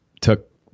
took